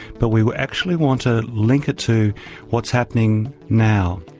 but we we actually want a linker to what's happening now.